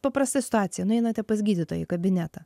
paprasta situacija nueinate pas gydytoją į kabinetą